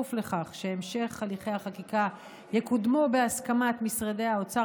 כפוף לכך שהמשך הליכי החקיקה יקודמו בהסכמת משרדי האוצר,